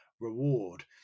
reward